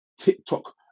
TikTok